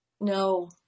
No